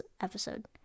episode